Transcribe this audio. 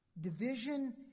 Division